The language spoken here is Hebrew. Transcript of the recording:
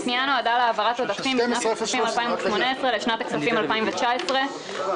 הפנייה נועדה להעברת עודפים משנת הכספים 2018 לשנת הכספים 2019 בסך